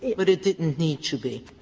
but it didn't need to be.